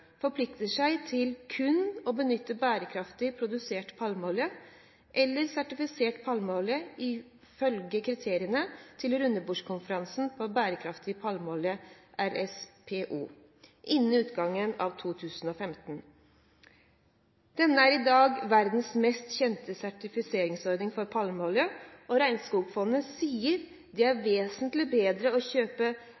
forplikter seg til kun å benytte bærekraftig produsert palmeolje eller sertifisert palmeolje i henhold til kriteriene til rundebordskonferansen for bærekraftig palmeolje, RSPO, innen utgangen av 2015. Denne er i dag verdens mest kjente sertifiseringsordning for palmeolje, og Regnskogfondet sier at det er